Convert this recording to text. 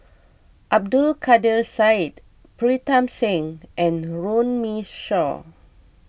Abdul Kadir Syed Pritam Singh and Runme Shaw